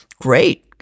Great